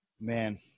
Man